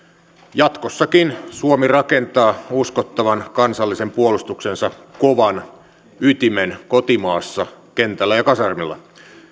jatkossakin suomi rakentaa uskottavan kansallisen puolustuksensa kovan ytimen kotimaassa kentällä ja ja kasarmilla